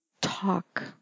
talk